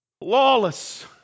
Lawless